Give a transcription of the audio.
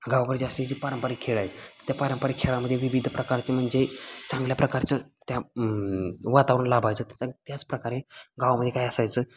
गावाकडचे असे जे पारंपरिक खेळ आहे त्या पारंपरिक खेळामध्ये विविध प्रकारचे म्हणजे चांगल्या प्रकारचं त्या वातावरण लाभायचं त्याचप्रकारे गावामध्ये काय असायचं